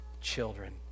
children